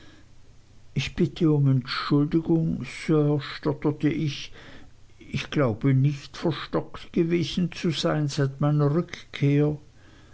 ich bitte um entschuldigung sir stotterte ich ich glaube nicht verstockt gewesen zu sein seit meiner rückkehr